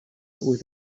with